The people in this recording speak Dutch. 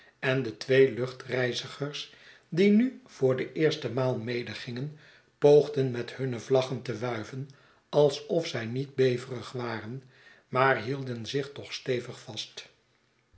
en de tvyee luchtreizigers die nu voor de eerste maal medegingen poogden met hunne vlaggen te wuiven alsof zij niet beverig waren maar hielden zich toch stevig vast